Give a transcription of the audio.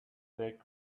leg